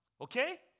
Okay